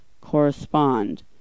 correspond